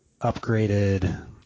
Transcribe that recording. upgraded